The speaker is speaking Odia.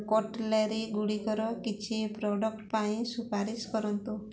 କଟ୍ଲେରୀଗୁଡ଼ିକର କିଛି ପ୍ରଡ଼କ୍ଟ୍ ପାଇଁ ସୁପାରିଶ କରନ୍ତୁ